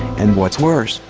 and what's worse,